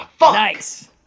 Nice